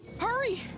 Hurry